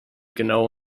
genau